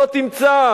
לא תמצא.